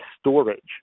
storage